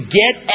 get